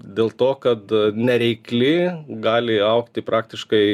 dėl to kad nereikli gali augti praktiškai